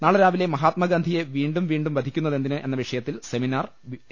നാളെ രാവിലെ മഹാത്മാഗാന്ധിയെ വീണ്ടും വീണ്ടും വധിക്കുന്നതെന്തിന് വിഷയത്തിൽ സെമിനാർ എ